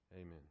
amen